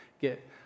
get